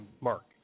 Mark